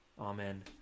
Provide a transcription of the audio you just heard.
Amen